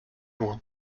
loin